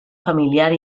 familiar